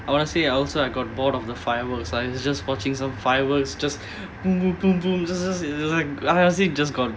I want to say I also I got bored of the fireworks lah it's just watching some fireworks just honestly just gone